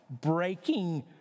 breaking